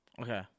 Okay